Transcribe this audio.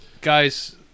Guys